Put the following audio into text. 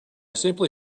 simply